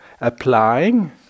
applying